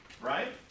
Right